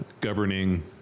governing